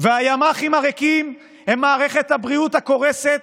והימ"חים הריקים הם מערכת הבריאות הקורסת,